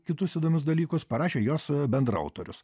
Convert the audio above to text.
kitus įdomius dalykus parašė jos bendraautorius